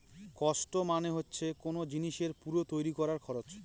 cost মানে হচ্ছে কোন জিনিসের পুরো তৈরী করার খরচ